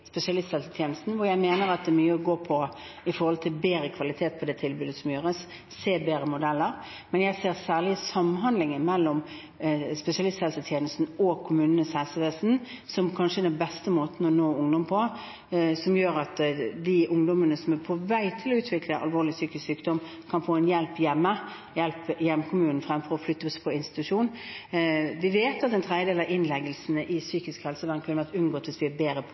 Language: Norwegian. spesialisthelsetjenesten, hvor jeg mener at det er mye å gå på når det gjelder kvaliteten i tilbudet som gis, se bedre modeller, men jeg ser særlig samhandlingen mellom spesialisthelsetjenesten og kommunenes helsevesen som den kanskje beste måten å nå ungdom på, som gjør at de ungdommene som er på vei til å utvikle alvorlig psykisk sykdom, kan få hjelp hjemme, i hjemkommunen, fremfor å flyttes på institusjon. Vi vet at en tredjedel av innleggelsene i psykisk helsevern kunne vært unngått hvis vi hadde vært bedre på